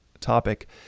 topic